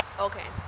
okay